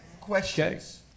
Questions